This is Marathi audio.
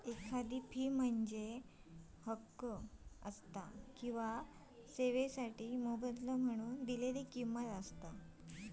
फी म्हणजे हक्को किंवा सेवोंसाठी मोबदलो म्हणून दिलेला किंमत